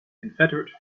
confederate